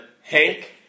Hank